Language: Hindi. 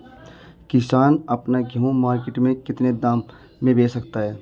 किसान अपना गेहूँ मार्केट में कितने दाम में बेच सकता है?